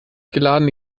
geladene